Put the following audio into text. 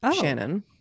shannon